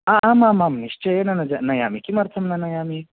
हा आमामाम् निश्चयेन नयामि किमर्थं न नयामि